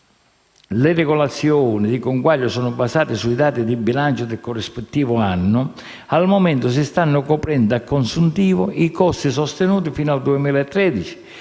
le regolazioni di conguaglio sono basate sui dati di bilancio del corrispondente anno, al momento si stanno coprendo a consuntivo i costi sostenuti fino al 2013,